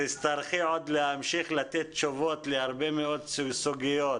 תצטרכי עוד להמשיך לתת תשובות לעוד הרבה מאוד סוגיות